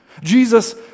Jesus